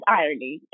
irony